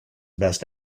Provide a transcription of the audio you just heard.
best